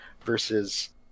versus